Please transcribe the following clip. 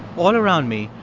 all around me,